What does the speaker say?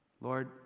Lord